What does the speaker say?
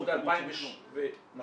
עדיין יש מקומות שאין כלום.